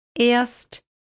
Erst